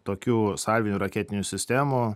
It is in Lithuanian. tokių salvinių raketinių sistemų